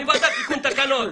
אני מתקן תקנות.